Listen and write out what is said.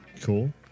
Cool